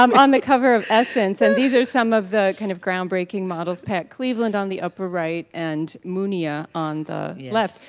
um on the cover of essence and these are some of the, kind of, groundbreaking models pat cleveland on the upper right and mounia on the left.